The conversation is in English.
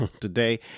today